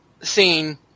scene